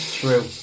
true